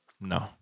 No